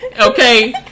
okay